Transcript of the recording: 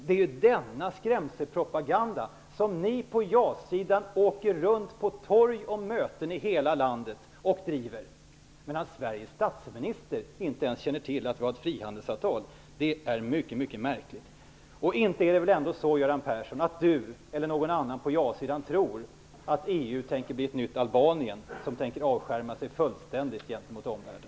Det är denna skrämselpropaganda som ni på jasidan driver på möten och på torg i hela landet, medan Sveriges finansminister inte ens känner till att vi har ett frihandelsavtal. Det är mycket märkligt. Det är väl inte så att Göran Persson eller någon annan på ja-sidan tror att EU tänker bli ett nytt Albanien, som skall avskärma sig fullständigt gentemot omvärlden?